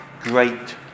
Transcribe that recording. great